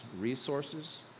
resources